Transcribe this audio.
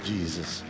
Jesus